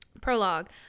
prologue